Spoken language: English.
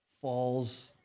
falls